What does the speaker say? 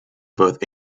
both